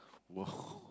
!wow!